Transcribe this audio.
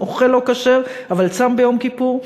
אוכל לא כשר אבל צם ביום כיפור,